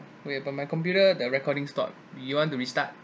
wait but my computer the recording stop you want to restart